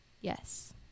Yes